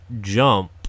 jump